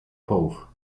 połów